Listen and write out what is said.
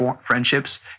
friendships